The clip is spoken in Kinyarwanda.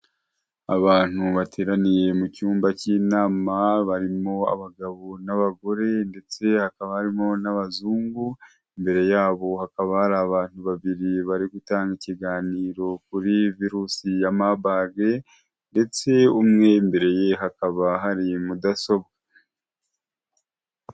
Abantu bateraniye mu cyumba cy'inama, barimo abagabo n'abagore ndetse hakaba harimo n'abazungu. Imbere yabo hakaba hari abantu babiri bari gutanga ikiganiro kuri virusi ya mabag ,ndetse umwemereye hakaba hari mudasobwa.